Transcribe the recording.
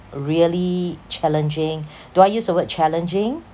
really challenging do I use the word challenging